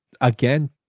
again